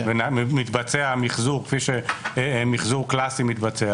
ומחזור קלסי מתבצע,